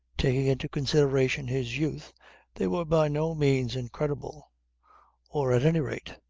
taking into consideration his youth they were by no means incredible or, at any rate,